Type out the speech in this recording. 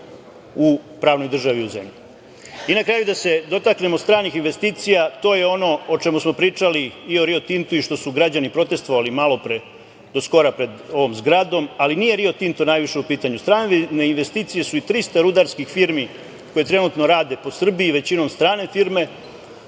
u pravnoj državi. Na kraju, da se dotaknemo stranih investicija. To je ono o čemu smo pričali i o "Rio Tintu" i što su građani protestvovali do skoro pred ovom zgradom, ali nije najviše u pitanju "Rio Tinto". Strane investicije su i 300 rudarskih firmi koje trenutno rade po Srbiji, većinom strane firme,